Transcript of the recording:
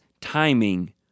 timing